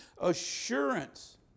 assurance